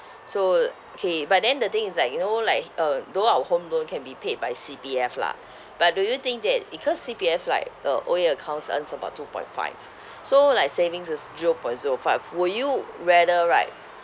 so okay but then the thing is like you know like uh though our home loan can be paid by C_P_F lah but do you think that because C_P_F like the O_A accounts earns about two point five so like savings is zero point zero five will you rather right